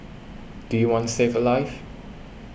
do you want to save a life